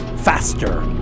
Faster